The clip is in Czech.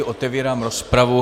Otevírám rozpravu.